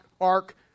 ark